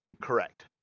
Correct